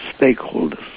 stakeholders